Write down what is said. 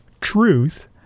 Truth